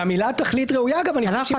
אתה לא יכול להחזיק את עצמך, הא?